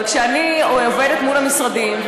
אבל כשאני עובדת מול המשרדים,